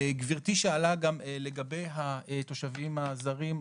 גברתי שאלה לגבי התושבים הזרים,